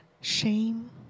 shame